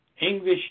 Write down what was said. English